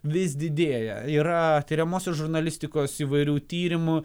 vis didėja yra tiriamosios žurnalistikos įvairių tyrimų